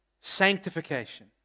sanctification